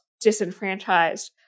disenfranchised